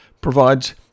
provides